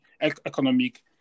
economic